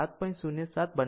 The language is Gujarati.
1 જેટલું મૂલ્ય 7